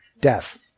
Death